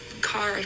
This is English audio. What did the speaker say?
car